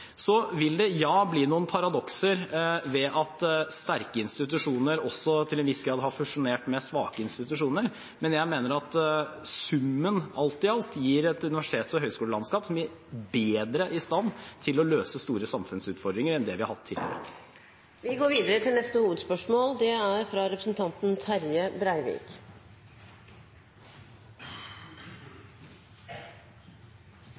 Så vil det bli noen paradokser ved at sterke institusjoner også til en viss grad har fusjonert med svake institusjoner. Men jeg mener at summen alt i alt gir et universitets- og høyskolelandskap som blir bedre i stand til å løse store samfunnsutfordringer enn det vi har hatt tidligere. Vi går videre til neste hovedspørsmål.